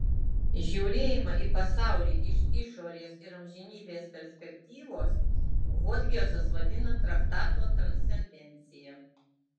žiūrėjimą į pasaulį iš išorės ir iš amžinybės perspektyvos hodgesas vadina traktato transcendencija